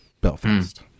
Belfast